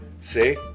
See